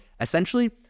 essentially